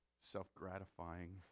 self-gratifying